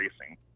racing